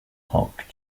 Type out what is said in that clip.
hoc